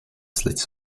slechts